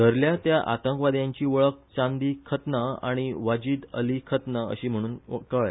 धरल्या त्या आतंकवाद्यांची वळख चांदी खतना आनी वाजीद अली खतना अशी म्हण कळल्या